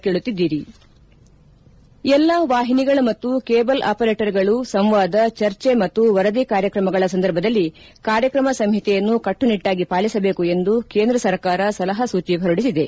break ಎಲ್ಲಾ ವಾಹಿನಿಗಳೂ ಮತ್ತು ಕೇಬಲ್ ಅಪರೇಟರ್ಗಳು ಸಂವಾದ ಚರ್ಚೆ ಮತ್ತು ವರದಿ ಕಾರ್ಯಕ್ರಮಗಳ ಸಂದರ್ಭದಲ್ಲಿ ಕಾರ್ಯಕ್ರಮ ಸಂಹಿತೆಯನ್ನು ಕಟ್ಲುನಿಟ್ಲಾಗಿ ಪಾಲಿಸಬೇಕು ಎಂದು ಕೇಂದ್ರ ಸರ್ಕಾರ ಸಲಹಾಸೂಚಿ ಹೊರಡಿಸಿದೆ